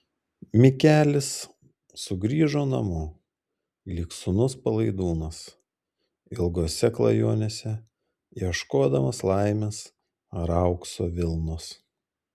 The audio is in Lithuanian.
mikelis sugrįžo namo lyg sūnus palaidūnas ilgose klajonėse ieškodamas laimės ar aukso vilnos